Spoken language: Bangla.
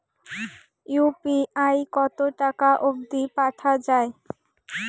ইউ.পি.আই কতো টাকা অব্দি পাঠা যায়?